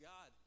God